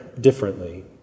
differently